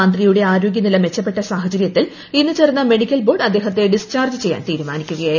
മന്ത്രിയുടെ ആരോഗൃനില മെച്ചപ്പെട്ട സാഹചരൃത്തിൽ ഇന്ന് ചേർന്ന മെഡിക്കൽ ബോർഡ് അദ്ദേഹത്തെ ഡിസ്ചാർജ് ചെയ്യാൻ തീരുമാനിക്കുകയായിരുന്നു